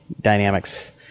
dynamics